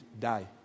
die